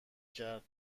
کرد